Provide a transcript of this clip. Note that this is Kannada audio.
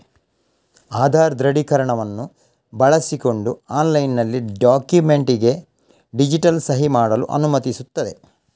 ಆಧಾರ್ ದೃಢೀಕರಣವನ್ನು ಬಳಸಿಕೊಂಡು ಆನ್ಲೈನಿನಲ್ಲಿ ಡಾಕ್ಯುಮೆಂಟಿಗೆ ಡಿಜಿಟಲ್ ಸಹಿ ಮಾಡಲು ಅನುಮತಿಸುತ್ತದೆ